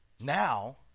now